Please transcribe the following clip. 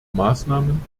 maßnahmen